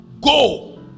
Go